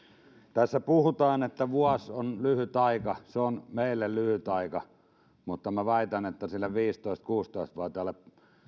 tässä puhutaan että vuosi on lyhyt aika se on meille lyhyt aika mutta minä väitän että viisitoista viiva kuusitoista vuotiaalle